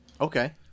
Okay